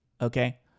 okay